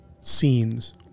scenes